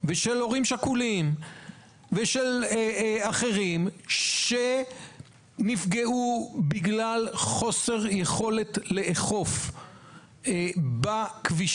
של הורים שכולים ושל אחרים שנפגעו בגלל חוסר יכולת לאכוף בכבישים.